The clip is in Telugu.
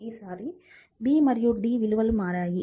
ఈసారి b మరియు d విలువలు మారాయి